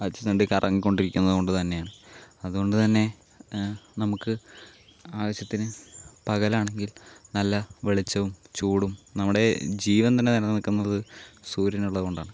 അച്ചുതണ്ടിൽ കറങ്ങിക്കൊണ്ടിരിക്കുന്നത് കൊണ്ട് തന്നെയാണ് അതുകൊണ്ട് തന്നെ നമുക്ക് ആവശ്യത്തിന് പകലാണെങ്കിൽ നല്ല വെളിച്ചവും ചൂടും നമ്മുടെ ജീവൻ തന്നെ നിലനിൽക്കുന്നത് സൂര്യൻ ഉള്ളതുകൊണ്ടാണ്